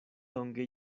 longe